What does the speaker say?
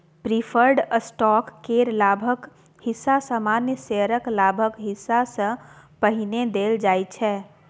preferred stock केर लाभक हिस्सा सामान्य शेयरक लाभक हिस्सा सँ पहिने देल जाइ छै